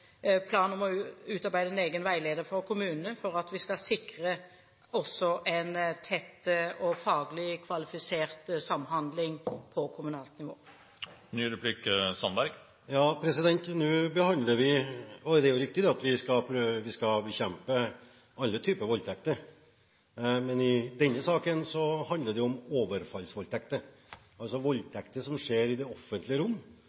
kommunene for at vi skal sikre også en tett og faglig kvalifisert samhandling på kommunalt nivå. Det er jo riktig at vi skal bekjempe alle typer voldtekter, men i denne saken handler det om overfallsvoldtekter, altså voldtekter som skjer i det offentlige rom.